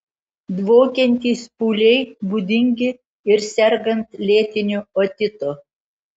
dvokiantys pūliai būdingi ir sergant lėtiniu otitu